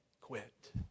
quit